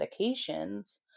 medications